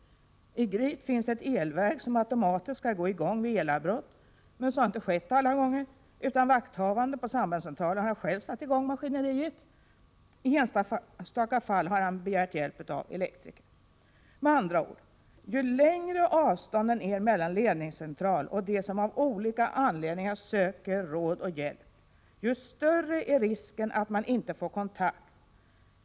I Gryt finns ett elverk som automatiskt skall gå i gång vid elavbrott, men så har inte skett alla gånger, utan vakthavande på sambandscentralen har själv satt i gång maskineriet. I enstaka fall har han begärt hjälp av elektriker. Med andra ord: Ju längre avstånden är mellan ledningscentral och dem som av olika anledningar söker råd och hjälp, ju större är risken att man inte får kontakt.